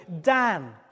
Dan